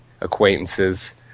acquaintances